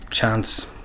chance